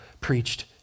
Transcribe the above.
preached